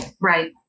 Right